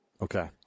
Okay